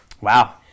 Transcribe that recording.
wow